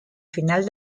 final